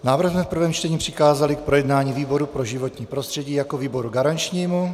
Návrh jsme v prvém čtení přikázali k projednání výboru pro životní prostředí jako výboru garančnímu.